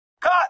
Cut